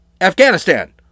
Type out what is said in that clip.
afghanistan